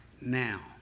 now